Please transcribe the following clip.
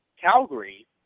Calgary